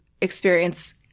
experience